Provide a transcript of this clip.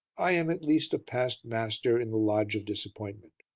i am at least a past master in the lodge of disappointment.